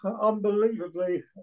unbelievably